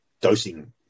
dosing